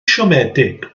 siomedig